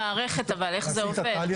אני אומר איך זה פועל.